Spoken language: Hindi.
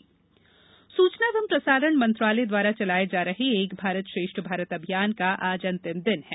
एक भारत श्रेष्ठ भारत सूचना एवं प्रसारण मंत्रालय द्वारा चलाये जा रहे एक भारत श्रेष्ठ भारत अभियान का आज अंतिम दिन है